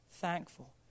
thankful